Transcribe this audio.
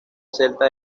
celta